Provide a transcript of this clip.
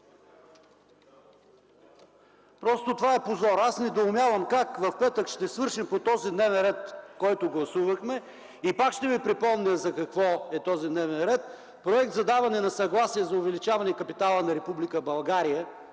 Просто това е позор! Аз недоумявам как в петък ще свършим по този дневен ред, който гласувахме. И пак ще ви припомня за какво е този дневен ред: Проект за даване на съгласие за увеличаване капитала на Република